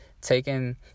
taking